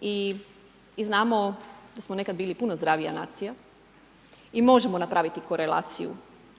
I znamo da smo nekad bili puno zdravija nacija i možemo napraviti korelaciju